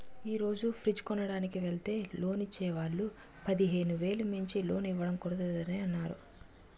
ఈ రోజు ఫ్రిడ్జ్ కొనడానికి వెల్తే లోన్ ఇచ్చే వాళ్ళు పదిహేను వేలు మించి లోన్ ఇవ్వడం కుదరదని అన్నారు